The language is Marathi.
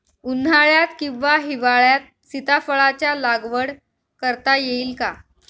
उन्हाळ्यात किंवा हिवाळ्यात सीताफळाच्या लागवड करता येईल का?